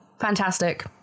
fantastic